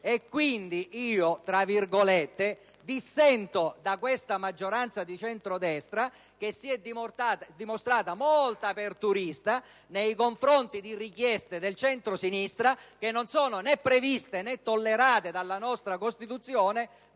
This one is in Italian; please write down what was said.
e quindi io dissento (tra virgolette) da questa maggioranza di centrodestra che si è dimostrata molto "aperturista" nei confronti di richieste del centrosinistra che non sono né previste, né tollerate dalla nostra Costituzione